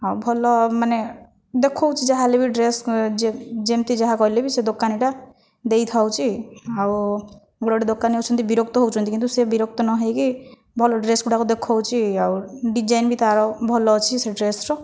ହଁ ଭଲ ମାନେ ଦେଖାଉଛି ଯାହାହେଲେ ବି ଡ୍ରେସ୍ ଯେମିତି ଯାହା କହିଲେ ବି ସେ ଦୋକାନୀଟା ଦେଇଥାଉଛି ଆଉ ଗୋଟିଏ ଗୋଟିଏ ଦୋକାନୀ ଅଛନ୍ତି ବିରକ୍ତ ହେଉଚନ୍ତି କିନ୍ତୁ ସେ ବିରକ୍ତ ନହୋଇକି ଭଲ ଡ୍ରେସ୍ଗୁଡ଼ାକ ଦେଖାଉଛି ଆଉ ଡିଜାଇନ୍ ବି ତା'ର ଭଲ ଅଛି ସେ ଡ୍ରେସ୍ର